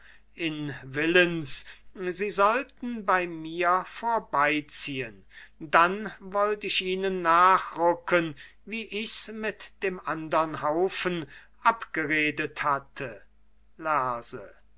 in willens sie sollten bei mir vorbeiziehen dann wollt ich ihnen nachrucken wie ich's mit dem andern haufen abgeredt hatte lerse